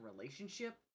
relationship